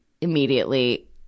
immediately